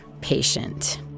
patient